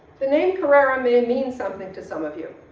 the name carrara may and mean something to some of you.